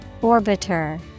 Orbiter